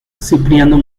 cipriano